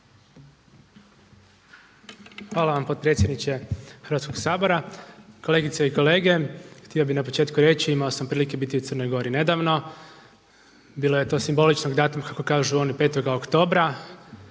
Hvala vam potpredsjedniče Hrvatskog sabora. Kolegice i kolege. Htio bih na početku reći, imao sam prilike biti u Crnoj Gori nedavno, bilo je to simboličnog datuma kako kažu oni 5. oktobra